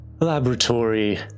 laboratory